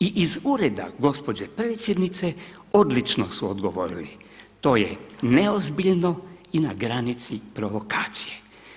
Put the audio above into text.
I iz ureda gospođe Predsjednice odlično su odgovorili: To je neozbiljno i na granici provokacije.